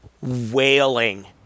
Wailing